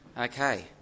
Okay